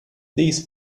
these